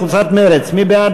קבוצת מרצ, מי בעד?